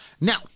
Now